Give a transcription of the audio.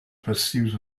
pursuit